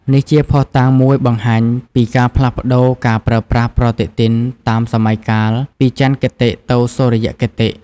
នេះជាភស្តុតាងមួយបង្ហាញពីការផ្លាស់ប្តូរការប្រើប្រាស់ប្រតិទិនតាមសម័យកាល ពីចន្ទគតិទៅសុរិយគតិ។